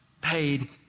paid